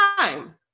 time